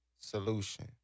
solution